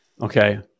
Okay